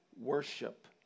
worship